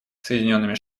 соединенными